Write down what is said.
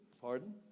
pardon